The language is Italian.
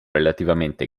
relativamente